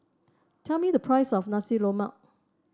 tell me the price of Nasi Lemak